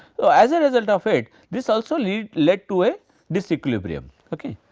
so, as a result of it this also lead led to a disequilibrium ok.